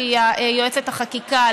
שהיא יועצת החקיקה,